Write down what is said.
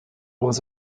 was